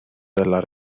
della